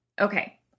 okay